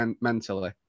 mentally